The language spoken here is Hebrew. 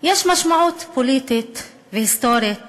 יש משמעות פוליטית והיסטורית